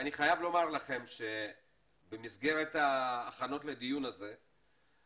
אני חייב לומר לכם שבמסגרת ההכנות לדיון קיבלתי